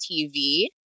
TV